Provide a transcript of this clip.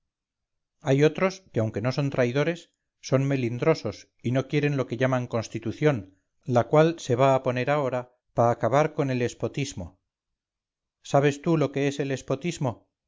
hay otros que aunque no son traidores son melindrosos y no quieren lo que llaman constitución la cual se va a poner ahora pa acabar con el espotismo sabes tú lo que es el